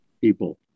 people